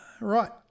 Right